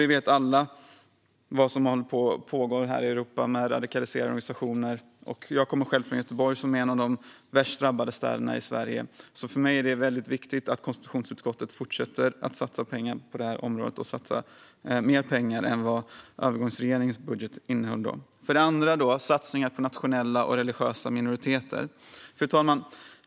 Vi vet alla vad som pågår här i Europa med radikaliserade organisationer. Jag kommer själv från Göteborg, som är en av de värst drabbade städerna i Sverige. För mig är det väldigt viktigt att konstitutionsutskottet fortsätter att satsa pengar på det här området och satsa mer pengar än vad övergångsregeringens budget innehöll. Det andra området är satsningar på nationella och religiösa minoriteter, fru talman.